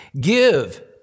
give